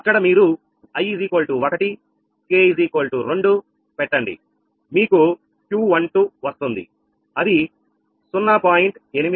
అక్కడ మీరు i 1 k 2 పెట్టండి మీకు Q12 వస్తుంది అది 0